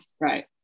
Right